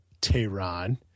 Tehran